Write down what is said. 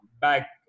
back